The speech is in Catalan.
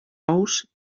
ous